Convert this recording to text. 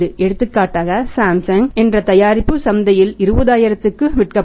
எடுத்துக்காட்டாக சாம்சங் என்ற ஒரு தயாரிப்பு சந்தையில் 20000 க்கு விற்கப்படும்